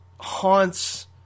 haunts